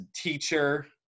teacher